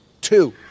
Two